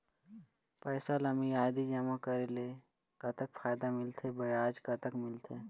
पैसा ला मियादी जमा करेले, कतक फायदा मिलथे, ब्याज कतक मिलथे?